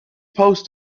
post